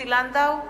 עוזי לנדאו,